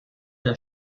der